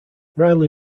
riley